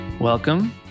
Welcome